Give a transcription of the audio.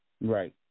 Right